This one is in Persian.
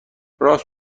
راست